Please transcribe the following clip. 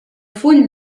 full